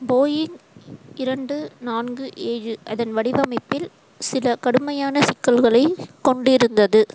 Boeing இரண்டு நான்கு ஏழு அதன் வடிவமைப்பில் சில கடுமையான சிக்கல்களைக் கொண்டிருந்தது